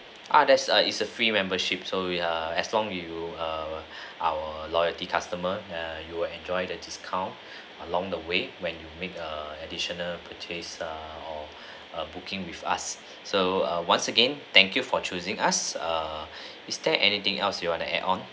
ah that's a it's a free membership so we are as long you err our loyalty customer err you will enjoy the discount along the way when when you make a additional purchase err or booking with us so once again thank you for choosing us err is there anything else you want to add on